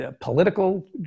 political